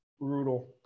Brutal